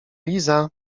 liza